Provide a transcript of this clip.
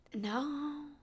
No